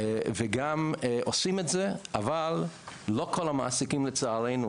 עושים את זה אבל לא כל המעסיקים לצערנו